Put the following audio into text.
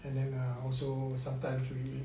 and then uh also sometimes we eat